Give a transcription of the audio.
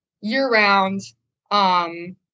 year-round